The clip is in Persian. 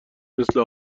مثل